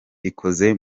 ikoze